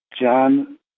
John